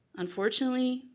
unfortunately,